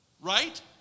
right